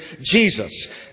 Jesus